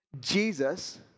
Jesus